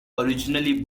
originally